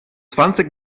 zwanzig